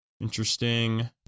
Interesting